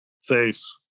safe